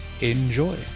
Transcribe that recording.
Enjoy